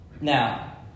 Now